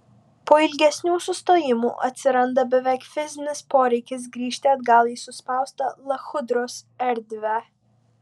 po ilgesnių sustojimų atsiranda beveik fizinis poreikis grįžti atgal į suspaustą lachudros erdvę